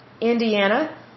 Indiana